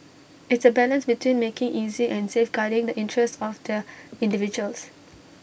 it's A balance between making easy and safeguarding the interests of the individuals